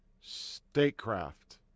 statecraft